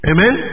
Amen